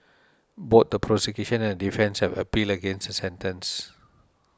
both the prosecution and the defence have appealed against the sentence